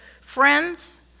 friends